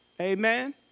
Amen